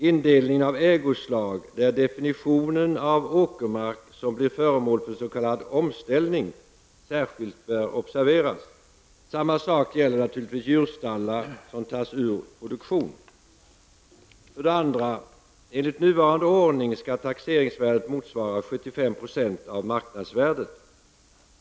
Indelningen av ägoslag, där definitionen av åkermark som blir föremål för s.k. omställning särskilt bör observeras. Samma sak gäller naturligtvis djurstallar som tas ur produktion. 2. Enligt nuvarande ordning skall taxeringsvärdet motsvara 75 % av marknadsvärdet.